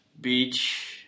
beach